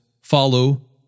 follow